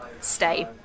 stay